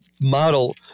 model